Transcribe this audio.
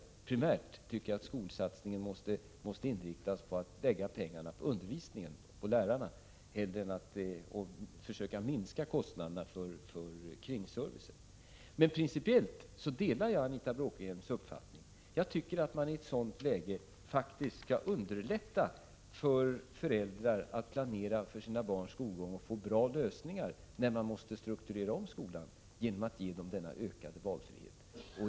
Primärt tycker jag att skolsatsningen skall ske så, att man lägger pengarna på undervisningen och lärarna och försöker minska kostnaderna för kringservicen. Principiellt delar jag emellertid Anita Bråkenhielms uppfattning: Jag tycker faktiskt att vi i sådana här situationer skall underlätta för föräldrarna att planera för sina barns skolgång och åstadkomma bra lösningar när skolan måste omstruktureras, genom att ge dem denna ökade valfrihet.